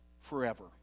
forever